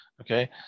Okay